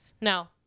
no